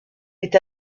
est